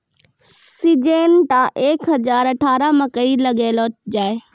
Syngenta एक हजार अठारह मकई लगैलो जाय?